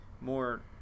more